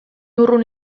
urrun